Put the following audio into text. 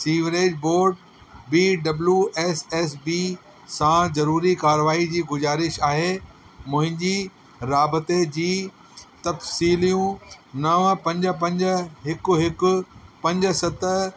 sewerage board B W S S B सां ज़रूरी कार्यवाही जी गुज़ारिश आहे मुंहिंजी राबिते जी तफ़्सीलियूं नवं पंज पंज हिकु हिकु पंज सत